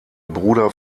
bruder